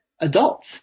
adults